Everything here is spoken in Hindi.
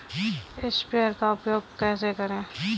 स्प्रेयर का उपयोग कैसे करें?